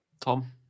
Tom